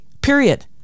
period